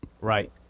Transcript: Right